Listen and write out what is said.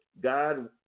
God